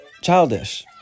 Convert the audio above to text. childish